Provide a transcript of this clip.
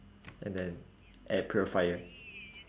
and then air purifier